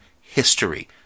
history